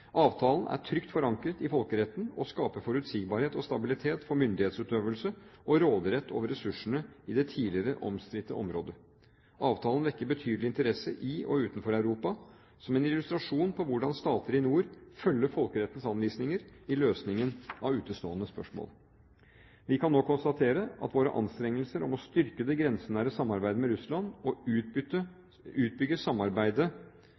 Avtalen er trygt forankret i folkeretten og skaper forutsigbarhet og stabilitet for myndighetsutøvelse og råderett over ressursene i det tidligere omstridte området. Avtalen vekker betydelig interesse i og utenfor Europa, som en illustrasjon på hvordan stater i nord følger folkerettens anvisninger i løsningen av utestående spørsmål. Vi kan nå konstatere at våre anstrengelser for å styrke det grensenære samarbeidet med Russland og utbygge samarbeidet